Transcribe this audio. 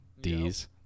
D's